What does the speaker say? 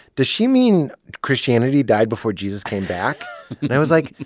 does she mean christianity died before jesus came back? and i was like,